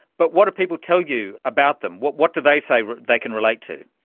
but what do people tell you about them? what what do they say they can relate to?